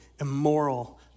immoral